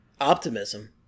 Optimism